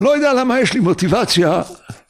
לא יודע למה יש לי מוטיבציה.